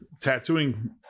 tattooing